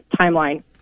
timeline